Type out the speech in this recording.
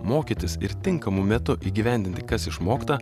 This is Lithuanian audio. mokytis ir tinkamu metu įgyvendinti kas išmokta